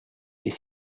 est